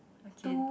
okay